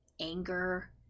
anger